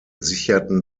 sicherten